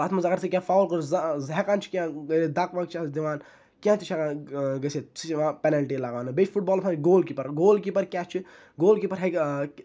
تتھ مَنٛز اَگَر ژےٚ کینٛہہ فَوُل کوٚرُتھ زٕ زٕ ہیٖٚکان چھِ کینٛہہ کٔرِتھ دَکہِ وَکہِ چھُ ہَس دِوان کینٛہہ تہِ چھِ ہیٚکان گٔژھِتھ سُہ چھُ یِوان پیٚنَلٹی لَگاونہٕ بیٚیہِ چھُ فُٹ بالَس منٛز گول کیٖپَر گول کیٖپَر کیاہ چھُ گول کیٖپَر ہیٚکہِ